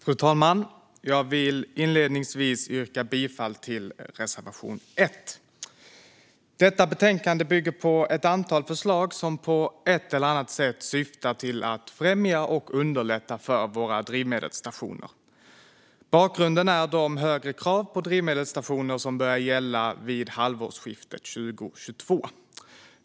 Fru talman! Jag vill inledningsvis yrka bifall till reservation 1. Detta betänkande bygger på ett antal förslag som på ett eller annat sätt syftar till att främja och underlätta för våra drivmedelsstationer. Bakgrunden är de högre krav på drivmedelsstationer som börjar gälla vid halvårsskiftet 2022.